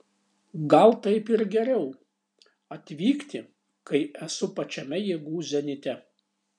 gal taip ir geriau atvykti kai esu pačiame jėgų zenite